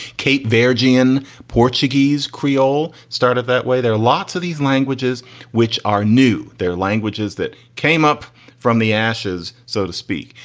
kate. virgin portuguese creole started that way. there are lots of these languages which are new, their languages that came up from the ashes, so to speak.